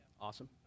awesome